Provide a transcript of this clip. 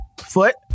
foot